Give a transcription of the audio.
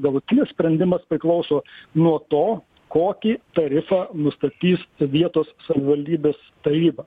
galutinis sprendimas priklauso nuo to kokį tarifą nustatys vietos savivaldybės taryba